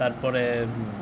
ᱛᱟᱨᱯᱚᱨᱮ